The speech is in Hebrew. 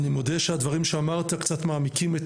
אני מודה שהדברים שאמרת קצת מעמיקים את